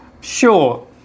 sure